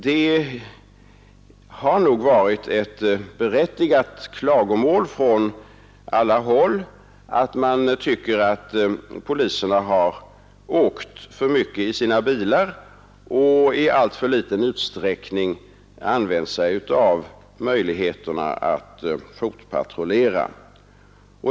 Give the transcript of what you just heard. Det har nog varit ett berättigat klagomål från alla håll att poliserna har åkt för mycket i sina bilar och i alltför liten utsträckning använt sig av möjligheterna att fotpatrullera.